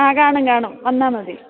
ആ കാണും കാണും വന്നാൽ മതി